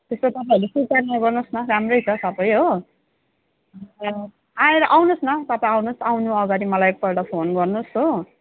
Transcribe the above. त्यसमा तपाईँहरूले सुर्ता नगर्नु होस् न राम्रै छ सबै हो अन्त आएर आउनु होस् न तपाईँ आउनु होस् आउनु अगाडि मलाई एक पल्ट फोन गर्नु होस् हो